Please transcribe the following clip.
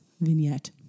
vignette